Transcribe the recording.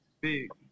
big